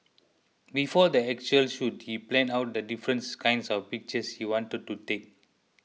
before the actual shoot he planned out the difference kinds of pictures he wanted to take